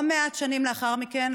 לא מעט שנים לאחר מכן,